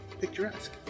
picturesque